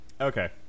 okay